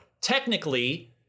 technically